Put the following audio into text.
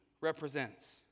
represents